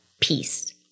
peace